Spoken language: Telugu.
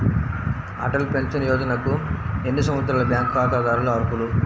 అటల్ పెన్షన్ యోజనకు ఎన్ని సంవత్సరాల బ్యాంక్ ఖాతాదారులు అర్హులు?